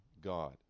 God